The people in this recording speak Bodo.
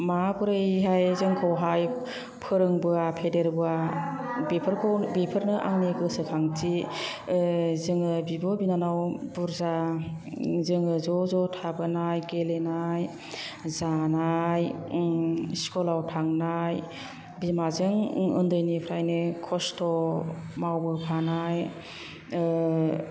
माबोरैहाय जोंखौहाय फोरोंबोआ फेदेरबोआ बेफोरखौ बेफोरनो आंनि गोसोखांथि जोङो बिब' बिनानाव बुरजा जोङो ज' ज' थाबोनाय गेलेनाय जानाय स्कुलाव थांनाय बिमाजों उन्दैनिफ्रायनो खस्थ' मावबोफानाय